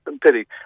pity